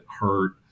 hurt